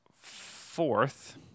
fourth